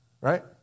Right